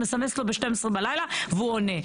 מסמסת לו ב-24:00 והוא עונה.